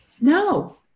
no